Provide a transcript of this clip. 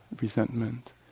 resentment